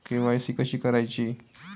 KYC कशी करायची?